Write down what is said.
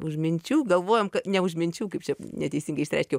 už minčių galvojom ne už minčių kaip čia neteisingai išsireiškiau